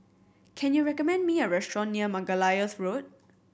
can you recommend me a restaurant near Margoliouth Road